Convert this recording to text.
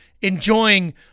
enjoying